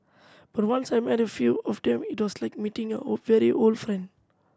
but once I met a few of them it was like meeting a very old friend